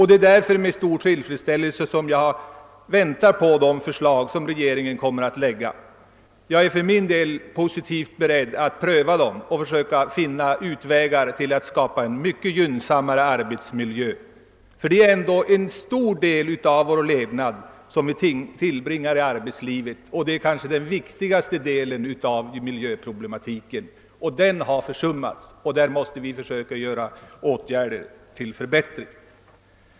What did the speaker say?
Det är därför med stor tillfredsställelse som jag väntar på de förslag som regeringen kommer att framlägga. Jag är för min del beredd att positivt pröva dem och försöka finna utvägar till att skapa en mycket gynnsammare arbetsmiljö. Det är ändå en stor del av vår levnad som vi tillbringar i arbetslivet, och det är kanske den viktigaste delen av miljöproblematiken. Den har försummats, och därför måste vi försöka vidta åtgärder till förbättringar.